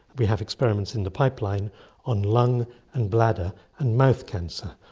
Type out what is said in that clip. we have experiments in the pipeline on lung and bladder and mouth cancer,